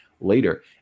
later